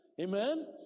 Amen